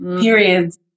periods